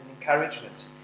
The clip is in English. encouragement